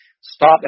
stop